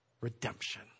redemption